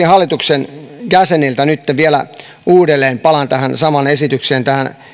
hallituksen jäseniltä nytten vielä uudelleen palaan tähän samaan esitykseen